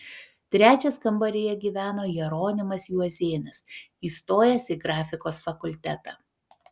trečias kambaryje gyveno jeronimas juozėnas įstojęs į grafikos fakultetą